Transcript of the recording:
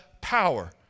power